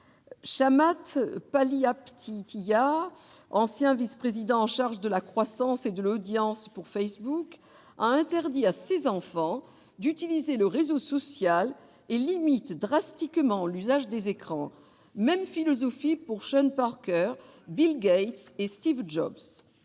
Chamath Palihapitiya, ancien vice-président de Facebook chargé de la croissance et de l'audience, a interdit à ses enfants d'utiliser le réseau social et limité drastiquement l'usage des écrans. Même philosophie pour Sean Parker, Bill Gates et Steve Jobs.